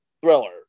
Thriller